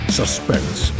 suspense